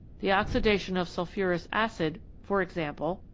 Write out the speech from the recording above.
the oxi dation of sulphurous acid, for example,